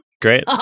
great